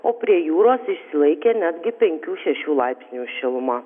o prie jūros išsilaikė netgi penkių šešių laipsnių šiluma